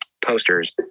posters